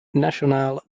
nationale